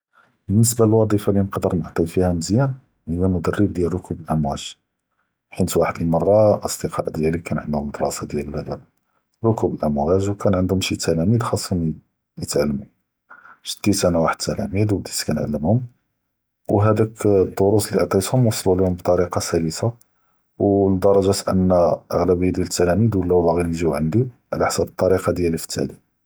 באלניסבה לווד’יפה לי נقدر נעני פיה מיז’אן היא מדרב דיאל רכוב אלאמ’וג’ חית וחד אלמרה אלאסד’קה דיאלי כאן ענדהום קלסה דיאל האד רכוב אלאמ’וג’ ו כאן ענדהום שי תלאמי’ז ח’אסהום יתעלמו, שדית אני וחד אלתלאמי’ז ו בדית כנעל’מהום, ו האד אלד’רוס לי עטיתהום ווסלו ליהום ב ת’וריקה סלסה ו לדר’ג’ה אנא אג’ביה דיאל אלתלאמי’ז ולאו באג’ין יג’יו ענדי עלא חסאב ת’וריקה דיאלי פ אלתעלים.